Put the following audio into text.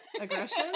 aggression